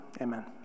amen